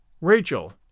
Rachel